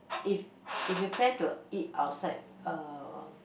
if if you plan to eat outside uh